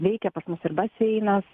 veikia pas mus ir baseinas